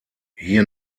hier